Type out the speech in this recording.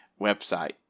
website